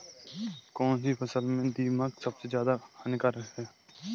कौनसी फसल में दीमक सबसे ज्यादा हानिकारक है?